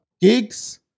gigs